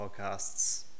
podcasts